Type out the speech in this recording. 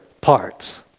parts